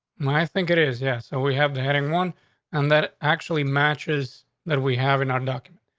um i think it is, yes. so we have the heading one and that actually matches that we have a non document.